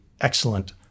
excellent